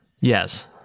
Yes